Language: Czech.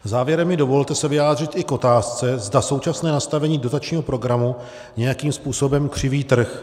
Závěrem mi dovolte se vyjádřit i k otázce, zda současné nastavení dotačního programu nějakým způsobem křiví trh.